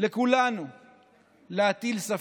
לכולנו להטיל ספק.